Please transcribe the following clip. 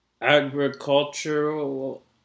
agricultural